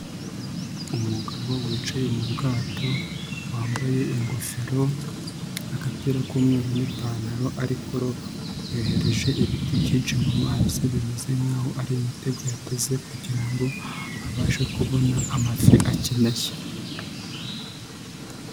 Umugabo wicaye mu bwato, wambaye ingofero, agapira k'umweru n'ipantaro ari kuroba. Yohereje ibiti byinshi mu mazi bimeze nkaho ari imitego yateze kugira ngo abashe kubona amafi akeneye.